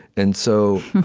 and so